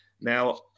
Now